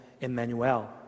Emmanuel